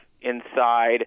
inside